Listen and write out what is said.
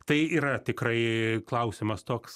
tai yra tikrai klausimas toks